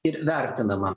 ir vertinama